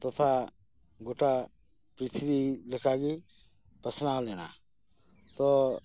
ᱴᱚᱴᱷᱟ ᱜᱚᱴᱟ ᱯᱨᱤᱛᱷᱤᱵᱤ ᱞᱮᱠᱟᱜᱮ ᱯᱟᱥᱱᱟᱣ ᱞᱮᱱᱟ ᱛᱚ